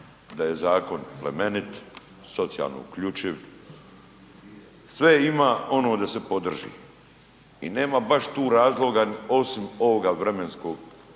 da je zakon plemenit, socijalno uključiv, sve ima ono da se podrži i nema baš tu razloga osim ovoga vremenskog